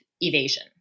evasion